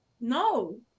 No